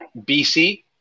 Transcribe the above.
BC